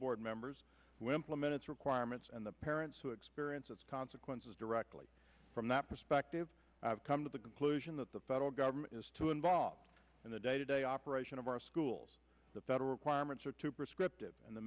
board members will implement its requirements and the parents who experience of consequences directly from that perspective come to the conclusion that the federal government is too involved in the day to day operation of our schools the federal requirements are too prescriptive and the